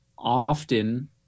often